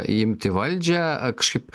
imti valdžią kažkaip